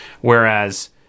Whereas